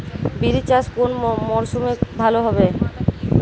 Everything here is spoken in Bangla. বিরি চাষ কোন মরশুমে ভালো হবে?